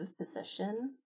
position